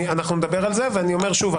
נדבר על זה ואני אומר שוב,